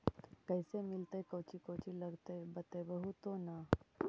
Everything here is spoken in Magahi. कैसे मिलतय कौची कौची लगतय बतैबहू तो न?